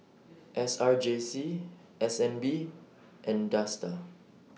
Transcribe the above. S R J C S N B and Dsta